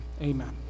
Amen